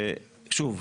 ששוב,